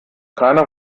keiner